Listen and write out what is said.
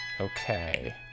Okay